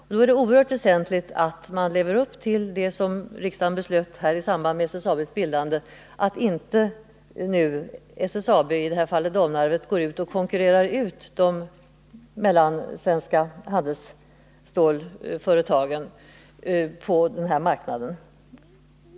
Det är därför oerhört viktigt att man följer de beslut som riksdagen fattade i samband med SSAB:s bildande, så att SSAB - i det här fallet Domnarvet — inte konkurrerar ut de mellansvenska handelsstålsföretagen på marknaden.